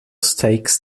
stakes